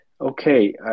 Okay